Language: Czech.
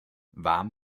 vám